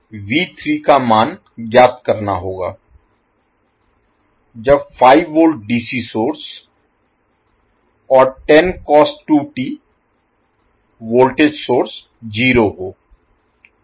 इसलिए हमें का मान ज्ञात करना होगा जब 5 V dc सोर्स और 10 cos2t वोल्टेज सोर्स जीरो हो